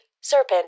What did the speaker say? serpent